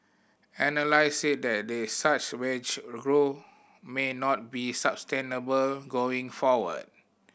analyst said that the such wage growth may not be sustainable going forward